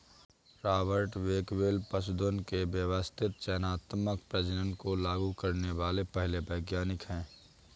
Robert Bakewell पशुधन के व्यवस्थित चयनात्मक प्रजनन को लागू करने वाले पहले वैज्ञानिक है